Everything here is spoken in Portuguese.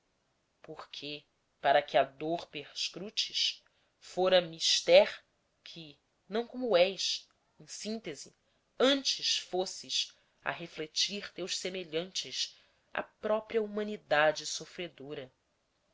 porque para que a dor perscrutes fora mister que não como és em síntese antes fosses a refletir teus semelhantes a própria humanidade sofredora